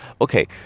okay